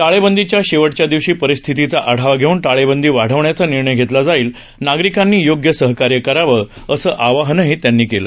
lock डाऊनच्या शेवटच्या दिवशी परिस्थितिचा आढावा घेऊन टाळेबंदी वाढवण्याचा निर्णय घेतला जाईल नागरिकांनी योग्य सहकार्य करावं असं आवाहनही त्यांनी केलं